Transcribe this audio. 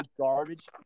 garbage